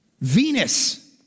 Venus